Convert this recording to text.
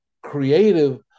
creative